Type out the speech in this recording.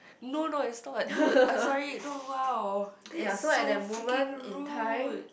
no no it's not dude I'm sorry no !wow! that's so freaking rude